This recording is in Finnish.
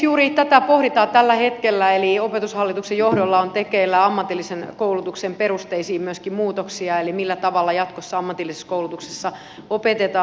juuri tätä pohditaan tällä hetkellä eli opetushallituksen johdolla on tekeillä myöskin ammatillisen koulutuksen perusteisiin muutoksia eli siihen millä tavalla jatkossa ammatillisessa koulutuksessa opetetaan